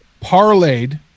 parlayed